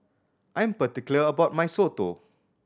I'm particular about my soto